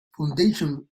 foundation